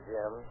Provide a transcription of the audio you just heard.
Jim